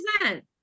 percent